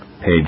page